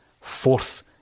fourth